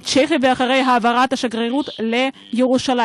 צ'כיה ואחרי העברת השגרירות לירושלים.